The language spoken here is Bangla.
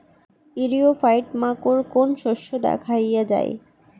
ইরিও ফাইট মাকোর কোন শস্য দেখাইয়া যায়?